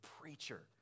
preacher